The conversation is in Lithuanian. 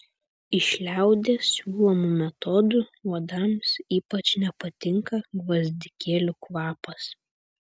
iš liaudies siūlomų metodų uodams ypač nepatinka gvazdikėlių kvapas